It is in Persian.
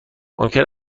ممکن